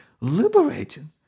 liberating